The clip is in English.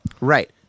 Right